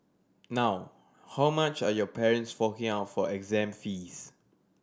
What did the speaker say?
now how much are your parents forking out for exam fees